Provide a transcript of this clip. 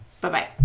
Bye-bye